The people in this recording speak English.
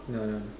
no no no